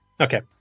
Okay